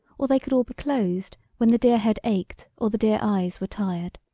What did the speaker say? or they could all be closed when the dear head ached or the dear eyes were tired.